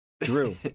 Drew